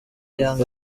young